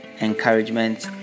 encouragement